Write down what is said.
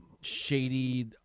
shady